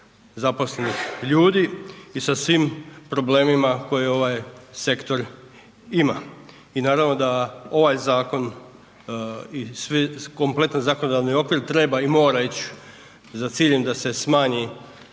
zaposlenih ljudi i sa svim problemima koje ovaj sektor ima. I naravno da ovaj zakon i svi, kompletan zakonodavni okvir treba i mora ić za ciljem da se smanji